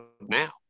now